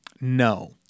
No